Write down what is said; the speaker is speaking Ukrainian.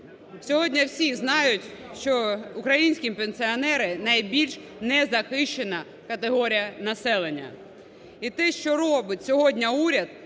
Сьогодні всі знають, що українські пенсіонери найбільш незахищена категорія населення. І те, що робить сьогодні уряд